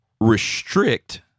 restrict